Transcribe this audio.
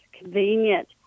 convenient